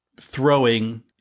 throwing